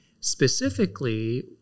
specifically